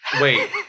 Wait